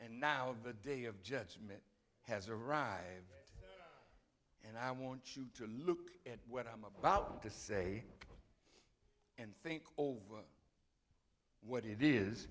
and now the day of judgment has arrived and i want you to look at what i'm about to say and think over what it is